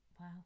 wow